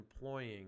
employing